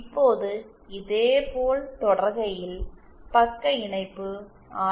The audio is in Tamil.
இப்போது இதேபோல் தொடர்கையில் பக்க இணைப்பு ஆர்